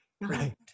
right